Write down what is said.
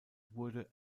wurde